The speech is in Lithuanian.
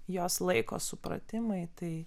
jos laiko supratimai tai